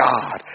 God